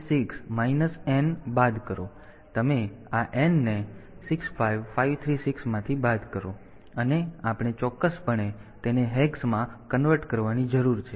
તેથી તમે આ n ને 65536 માંથી બાદ કરો અને આપણે ચોક્કસપણે તેને હેક્સ માં કન્વર્ટ કરવાની જરૂર છે